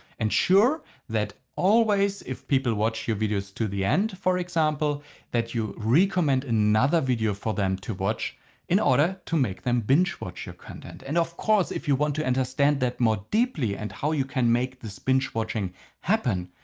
ensure that always if people watch your videos to the end for example that you recommend another video for them to watch in order to make them binge watch your content. and of course if you want to understand that more deeply and how you can make this binge watching happen,